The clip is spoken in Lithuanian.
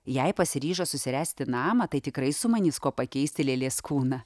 jei pasiryžo susiręsti namą tai tikrai sumanys kuo pakeisti lėlės kūną